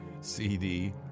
CD